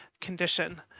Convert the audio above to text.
condition